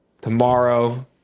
tomorrow